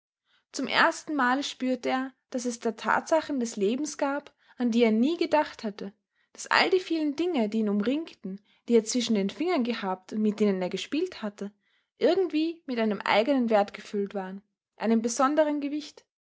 zum ersten male spürte er daß es da tatsachen des lebens gab an die er nie gedacht hatte daß all die vielen dinge die ihn umringten die er zwischen den fingern gehabt und mit denen er gespielt hatte irgendwie mit einem eigenen wert gefüllt waren einem besonderen gewicht